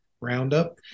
roundup